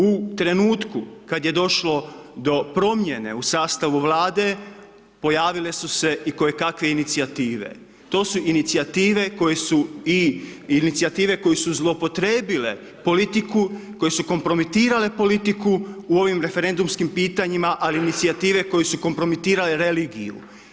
U trenutku kad je došlo do promjene u sastavu Vlade, pojavile su se i kojekakve inicijative, to su inicijative koje su zloupotrijebile politiku, koje su kompromitirale politiku u ovim referendumskim pitanjima ali i inicijative koje su kompromitirale religiju.